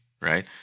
right